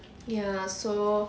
ya so